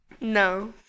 No